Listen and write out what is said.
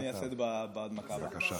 אני אעשה את זה בהנמקה הבאה.